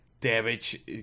damage